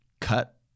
cut